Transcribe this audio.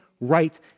right